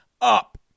up